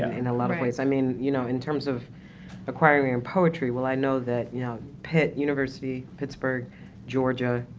and in a lot of ways. i mean, you know, in terms of acquiring and poetry, well i know that you know pitt, university-pittsburgh, georgia,